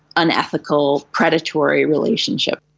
unethical, predatory relationships?